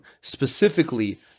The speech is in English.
specifically